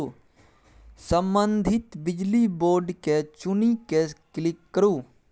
संबंधित बिजली बोर्ड केँ चुनि कए क्लिक करु